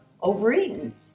overeaten